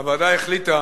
הוועדה החליטה